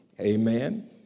Amen